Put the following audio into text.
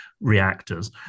reactors